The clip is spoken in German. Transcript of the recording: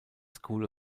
school